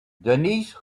denise